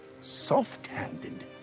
soft-handed